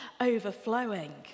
overflowing